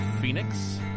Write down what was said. Phoenix